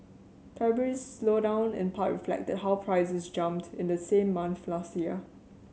February's slowdown in part reflected how prices jumped in the same month last year